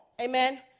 Amen